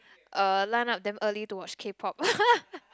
uh line up damn early to watch k-pop